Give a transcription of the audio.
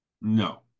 No